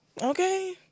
okay